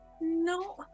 No